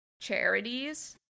charities